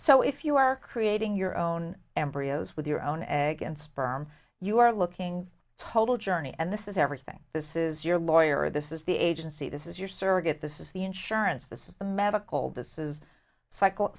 so if you are creating your own embryos with your own egg and sperm you are looking total journey and this is everything this is your lawyer this is the agency this is your surrogate this is the insurance this is the medical